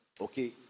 okay